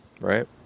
right